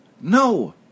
No